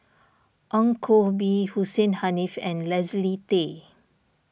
Ong Koh Bee Hussein Haniff and Leslie Tay